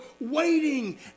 waiting